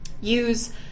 use